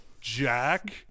Jack